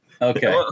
Okay